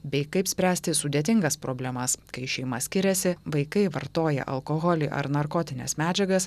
bei kaip spręsti sudėtingas problemas kai šeima skiriasi vaikai vartoja alkoholį ar narkotines medžiagas